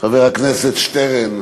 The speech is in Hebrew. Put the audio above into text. חבר הכנסת שטרן,